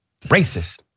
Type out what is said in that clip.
racist